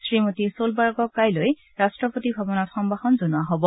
শ্ৰীমতী ছলবাৰ্গক কাইলৈ ৰাট্টপতি ভৱনত সম্ভাষণ জনোৱা হব